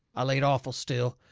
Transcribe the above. i laid awful still,